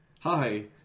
Hi